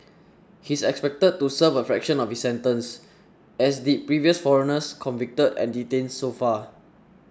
he's expected to serve a fraction of his sentence as did previous foreigners convicted and detained so far